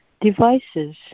devices